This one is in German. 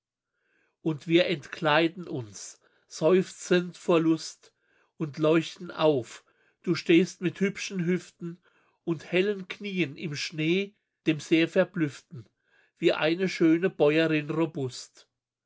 und wir entkleiden uns seufzend vor lust und leuchten auf du stehst mit hübschen hüften und hellen knien im schnee dem sehr verblüfften wie eine schöne bäuerin robust